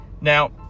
Now